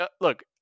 Look